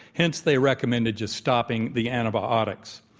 hence, they recommended just stopping the antibiotics.